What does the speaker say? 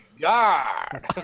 god